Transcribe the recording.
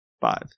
five